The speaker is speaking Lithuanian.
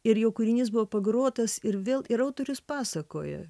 ir jo kūrinys buvo pagrotas ir vėl ir autorius pasakoja